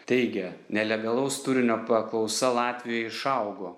teigia nelegalaus turinio paklausa latvijoj išaugo